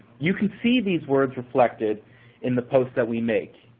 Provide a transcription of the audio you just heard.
you can see these words reflected in the posts that we make.